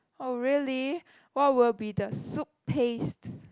oh really what will be the soup paste